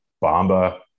Bomba